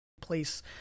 place